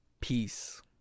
Peace